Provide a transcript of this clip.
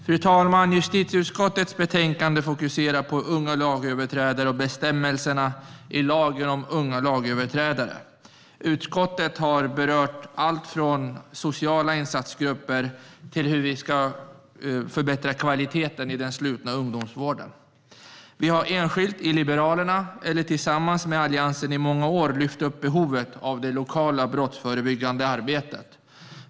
Fru talman! Justitieutskottets betänkande fokuserar på unga lagöverträdare och bestämmelserna i lagen om unga lagöverträdare. Utskottet har berört allt från sociala insatsgrupper till hur vi ska förbättra kvaliteten i den slutna ungdomsvården. Liberalerna har enskilt eller tillsammans med Alliansen i många år lyft upp behovet av det lokala brottsförebyggande arbetet.